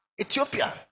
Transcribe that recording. ethiopia